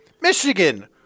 Michigan